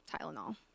Tylenol